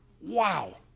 Wow